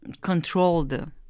controlled